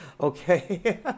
okay